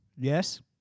Yes